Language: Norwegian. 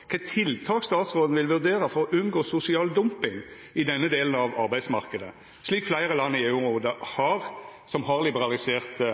kva for tiltak statsråden vil vurdera for å unngå sosial dumping i denne delen av arbeidsmarknaden, slik fleire land i EU-området som allereie har